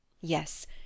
Yes